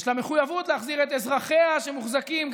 יש לה מחויבות להחזיר את אזרחיה שמוחזקים,